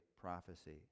prophecy